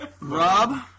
Rob